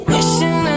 Wishing